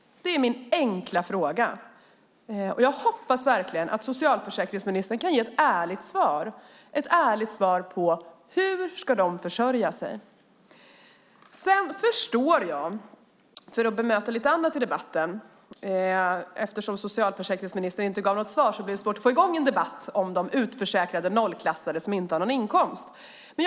Jag hoppas att socialförsäkringsministern kan ge ett ärligt svar på den frågan. Eftersom socialförsäkringsministern inte gav mig något svar blir det svårt att få i gång en debatt om de utförsäkrade nollklassade utan inkomst. Jag tänker därför bemöta lite annat i debatten.